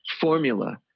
formula